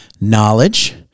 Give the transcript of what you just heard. knowledge